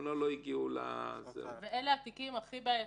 הכוונה לא הגיעו --- אלה התיקים הכי בעייתיים,